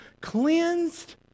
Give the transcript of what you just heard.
cleansed